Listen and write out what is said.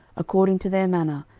according to their manner,